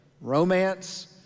romance